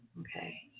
Okay